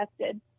tested